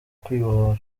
kwibohora